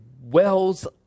wells